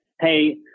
Hey